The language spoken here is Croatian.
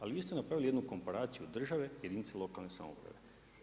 Ali vi ste napravili jednu komparaciju države jedinice lokalne samouprave.